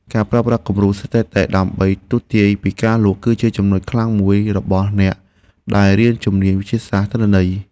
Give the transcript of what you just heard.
ការប្រើប្រាស់គំរូស្ថិតិដើម្បីទស្សន៍ទាយពីការលក់ គឺជាចំណុចខ្លាំងមួយរបស់អ្នកដែលរៀនជំនាញវិទ្យាសាស្ត្រទិន្នន័យ។